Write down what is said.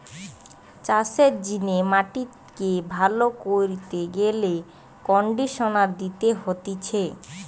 চাষের জিনে মাটিকে ভালো কইরতে গেলে কন্ডিশনার দিতে হতিছে